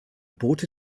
bote